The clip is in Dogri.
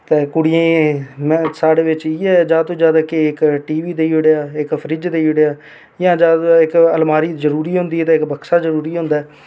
ते कुड़ियें ई साढ़े बिच इ'यै ऐ जैदा तों इक टीवी देई ओड़ेआ इक फ्रिज देई ओड़ेआ जां जैदा तूं जैदा इक अलमारी जरूरी होंदी ऐ ते इक बक्सा जरूरी होंदा ऐ